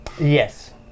Yes